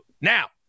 now